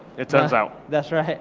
it turns out. that's right.